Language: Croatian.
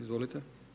Izvolite.